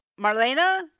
marlena